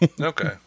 Okay